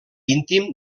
íntim